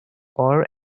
orr